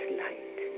light